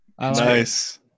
Nice